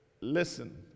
listen